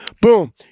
Boom